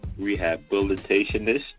rehabilitationist